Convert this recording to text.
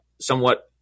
somewhat